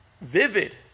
vivid